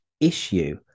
issue